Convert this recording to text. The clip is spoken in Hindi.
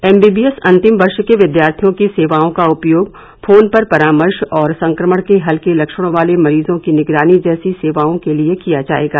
एमबीबीएस अंतिम वर्ष के विद्यार्थियों की सेवाओं का उपयोग फोन पर परामर्श और संक्रमण के हल्के लक्षणों वाले मरीजों की निगरानी जैसी सेवाओं के लिए किया जाएगा